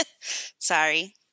Sorry